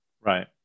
Right